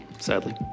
sadly